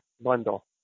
Bundle